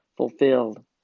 Fulfilled